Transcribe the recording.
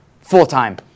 full-time